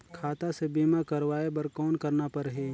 खाता से बीमा करवाय बर कौन करना परही?